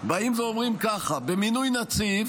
באים ואומרים ככה: במינוי נציב